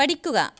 പഠിക്കുക